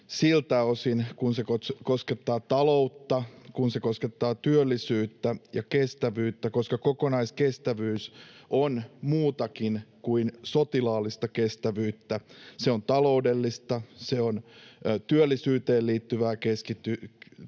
siltä osin kuin se koskettaa taloutta, kuin se koskettaa työllisyyttä ja kestävyyttä, koska kokonaiskestävyys on muutakin kuin sotilaallista kestävyyttä: se on taloudellista, se on työllisyyteen liittyvää kestävyyttä,